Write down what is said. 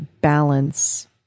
balance